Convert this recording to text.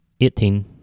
Eighteen